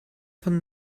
von